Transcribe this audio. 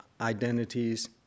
identities